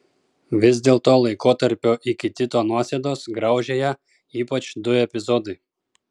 vis dėlto laikotarpio iki tito nuosėdos graužė ją ypač du epizodai